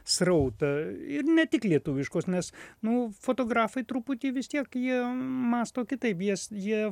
srautą ir ne tik lietuviškos nes nu fotografai truputį vis tiek jie mąsto kitaip jas jie